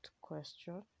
question